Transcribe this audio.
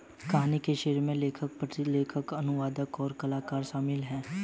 कहानी के श्रेय में लेखक, प्रलेखन, अनुवादक, और कलाकार शामिल हैं